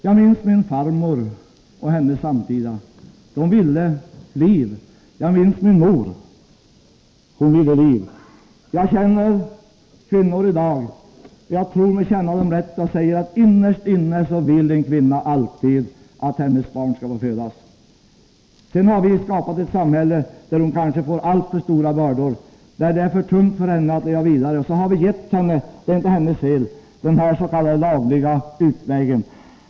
Jag minns min farmor och hennes samtida. De ville liv. Jag minns min mor. Hon ville liv. Jag känner kvinnor i dag, och jag tror mig känna dem rätt då jag säger att innerst inne vill en kvinna alltid att hennes barn skall få födas. Sedan har vi skapat ett samhälle där hon kanske får alltför stora bördor, där det är för tungt för henne att leva vidare. Så har vi gett henne dennas.k. lagliga utväg — det är inte hennes fel.